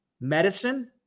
medicine